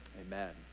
amen